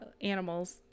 animals